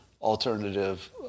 alternative